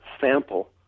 sample